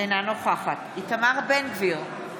אינה נוכחת איתמר בן גביר,